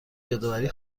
یادآوری